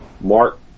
Mark